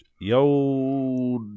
Yo